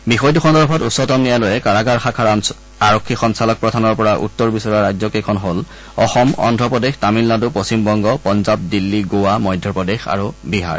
বিষয়টো সন্দৰ্ভত উচ্চতম ন্যায়ালয়ে কাৰাগাৰ শাখাৰ আৰক্ষী সঞ্চালক প্ৰধানৰ পৰা উত্তৰ বিচৰা ৰাজ্য কেইখন হল অসম অদ্ৰপ্ৰদেশ তামিলনাডু পশ্চিমবংগ পঞ্জাৰ দিল্লী গোৱা মধ্যপ্ৰদেশ আৰু বিহাৰ